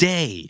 Day